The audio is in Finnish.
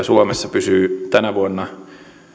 suomessa pysyy tänä vuonna